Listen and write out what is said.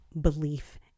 belief